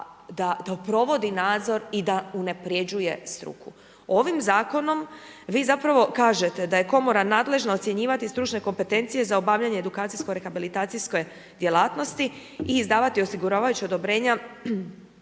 da provodi nadzor i da unaprjeđuje struku. Ovim zakonom vi zapravo kažete da je komora nadležna ocjenjivati stručne kompetencije za obavljanje edukacijsko-rehabilitacijske djelatnosti i izdavati osiguravajuća odobrenja